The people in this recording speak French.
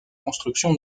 construction